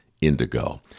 indigo